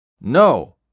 No